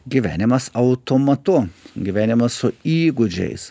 gyvenimas automatu gyvenimas su įgūdžiais